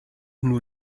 nur